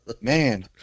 Man